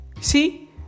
See